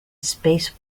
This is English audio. space